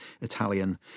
Italian